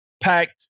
packed